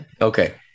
Okay